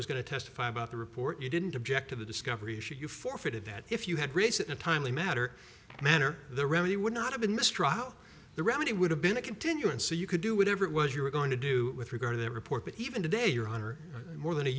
was going to testify about the report you didn't object to the discovery should you forfeited that if you had race in a timely matter manner the remedy would not have been mistrial the remedy would have been a continuance so you could do whatever it was you were going to do with regard to that report but even today your honor more than a